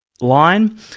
line